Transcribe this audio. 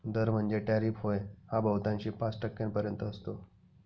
दर म्हणजेच टॅरिफ होय हा बहुतांशी पाच टक्क्यांपर्यंत असतो